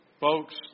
Folks